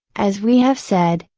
as we have said,